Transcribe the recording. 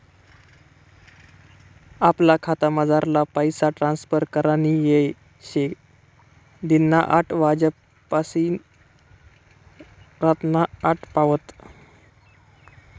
आपला खातामझारला पैसा ट्रांसफर करानी येय शे दिनना आठ वाज्यापायीन रातना आठ पावत